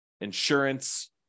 insurance